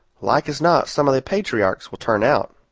like as not some of the patriarchs will turn out.